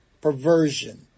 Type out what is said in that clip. perversion